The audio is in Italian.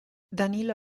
danilo